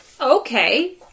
Okay